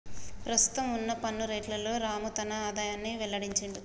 ప్రస్తుతం వున్న పన్ను రేట్లలోనే రాము తన ఆదాయాన్ని వెల్లడించిండు